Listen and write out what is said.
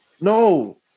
No